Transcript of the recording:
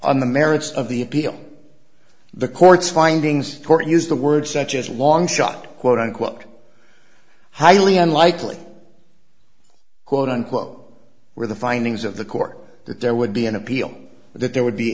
on the merits of the appeal the court's findings court use the words such as longshot quote unquote highly unlikely quote unquote where the findings of the court that there would be an appeal that there would be